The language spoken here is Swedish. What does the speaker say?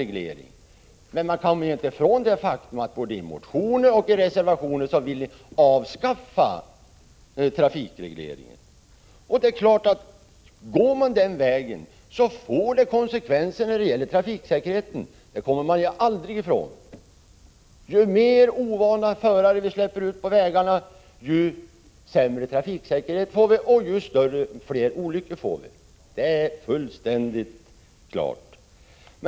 Men man kan inte komma ifrån det faktum att ni i motioner och reservationer velat avskaffa trafikregleringen. Går man dessa krav till mötes får det konsekvenser för trafiksäkerheten. Det kommer man aldrig ifrån. Ju fler ovana förare vi släpper ut på vägarna, desto sämre trafiksäkerhet får vi och desto fler olyckor blir det. Det är fullständigt klart.